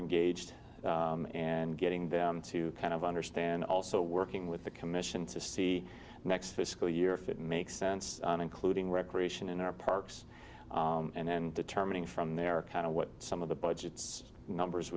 engaged and getting them to kind of understand also working with the commission to see the next fiscal year if it makes sense including recreation in our parks and then determining from their kind of what some of the budgets numbers